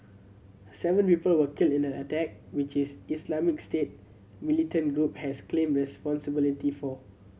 seven report were killed in the attack which is Islamic State militant group has claimed responsibility for